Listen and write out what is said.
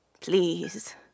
please